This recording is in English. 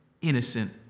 innocent